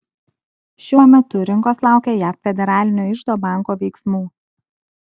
šiuo metu rinkos laukia jav federalinio iždo banko veiksmų